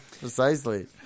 precisely